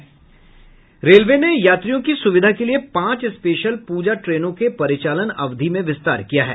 railway ने यात्रियों की सुविधा के लिए पांच स्पेशल पूजा ट्रेनों के परिचालन अवधि में विस्तार किया है